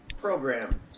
program